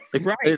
Right